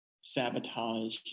Sabotage